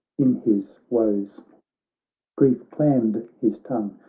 in his woes grief clammed his tongue,